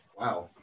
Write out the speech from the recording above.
Wow